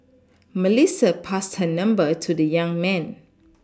Melissa passed her number to the young man